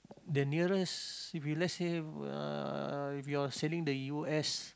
the nearest if you let say uh if you are sailing the U_S